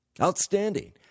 Outstanding